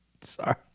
Sorry